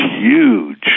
huge